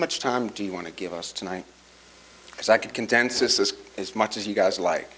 much time do you want to give us tonight because i could condenses this as much as you guys like